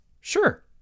Sure